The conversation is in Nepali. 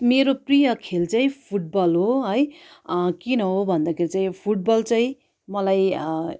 मेरो प्रिय खेल चाहिँ फुट बल हो है किन हो भन्दाखेरि चाहिँ फुट बल चाहिँ मलाई